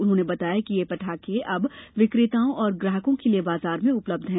उन्होंने बताया कि ये पटाखे अब विक्रेताओं और ग्राहकों के लिए बाजार में उपलब्ध हैं